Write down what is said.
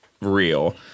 real